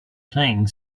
playing